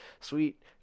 sweet